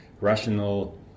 rational